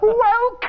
welcome